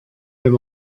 him